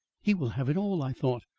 he will have it all, i thought.